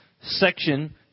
section